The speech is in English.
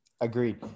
agreed